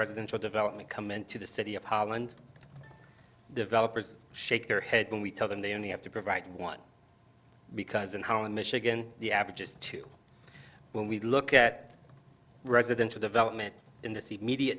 residential development come into the city of holland developers shake their head when we tell them they only have to provide one because in holland michigan the average is two when we look at residential development in the